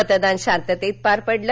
मतदान शांततेत पार पडलं